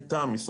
איתם,